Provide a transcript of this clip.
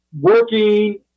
working